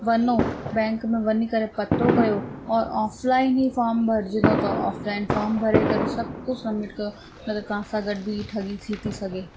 वञो बैंक में वञी करे पतो कयो और ऑफलाइन ही फॉम भरिजनो त ऑफलाइन फॉम भरे करे सभु पोइ सबमिट कयो न त तव्हां सां गॾ बि ठगी थी थी सघे